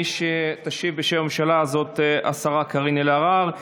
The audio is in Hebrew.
מי שתשיב בשם הממשלה זאת השרה קארין אלהרר.